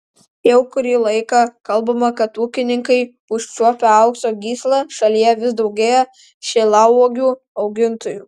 jau kurį laiką kalbama kad ūkininkai užčiuopę aukso gyslą šalyje vis daugėja šilauogių augintojų